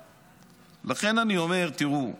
לכן אני אומר, תראו,